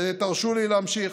תרשו לי להמשיך.